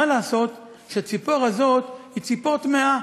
מה לעשות שהציפור הזאת היא ציפור טמאה,